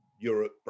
Europe